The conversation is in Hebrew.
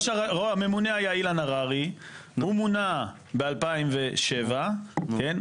הממונה היה אילן הררי והוא מונה ב-2007, כן?